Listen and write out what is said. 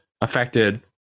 affected